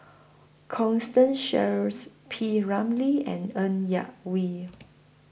Constance Sheares P Ramlee and Ng Yak Whee